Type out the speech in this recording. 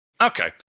Okay